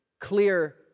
clear